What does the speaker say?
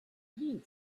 been